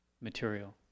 material